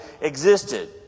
existed